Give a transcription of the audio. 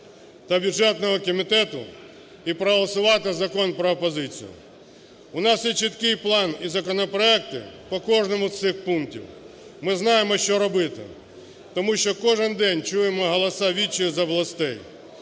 та бюджетного комітету і проголосувати Закон про опозицію. У нас є чіткий план і законопроекти по кожному з цих пунктів, ми знаємо, що робити, тому що кожен день чуємо голос відчаю з областей.